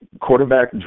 quarterback